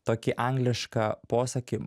tokį anglišką posakį